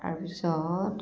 তাৰ পিছত